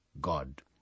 God